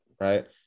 right